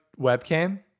webcam